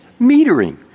metering